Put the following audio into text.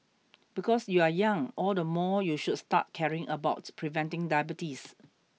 because you are young all the more you should start caring about preventing diabetes